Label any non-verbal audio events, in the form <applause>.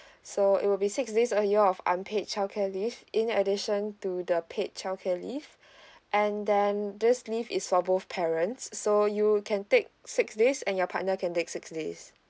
so it will be six days a year of unpaid childcare leave in addition to the paid childcare leave <breath> and then this leave is for both parents so you can take six days and your partner can take six days